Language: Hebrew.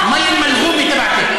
המים הממוקשים שלכם?